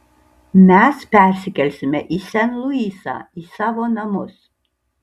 mes persikelsime į sen luisą į savo namus